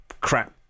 crap